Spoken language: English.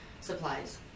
supplies